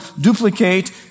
duplicate